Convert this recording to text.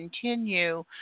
continue